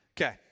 Okay